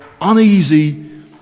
uneasy